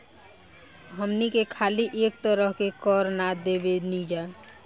हमनी के खाली एक तरह के कर ना देबेनिजा